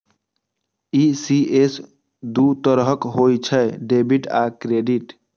ECS दू तरहक होइ छै, डेबिट आ क्रेडिट